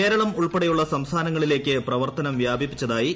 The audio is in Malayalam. കേരളം ഉൾപ്പെടെയുള്ള സംസ്യ്മാനങ്ങളിലേക്ക് പ്രവർത്തനം വ്യാപിച്ചതായി ് എൻ